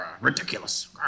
ridiculous